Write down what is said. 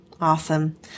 Awesome